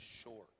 short